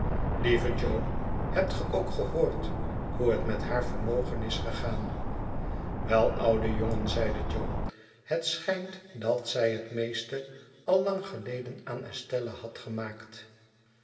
lieve jo hebt ge ook gehoord hoe het met haar vermogen is gegaan wel oude jongen zeide jo het schijnt dat zij het meeste al lang geleden aan estella had gemaakt